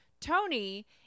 Tony